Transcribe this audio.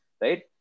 right